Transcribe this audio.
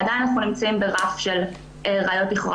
עדיין אנחנו נמצאים ברף של ראיות לכאורה